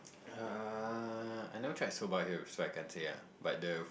uh I never tried soba here so I can't say ah but the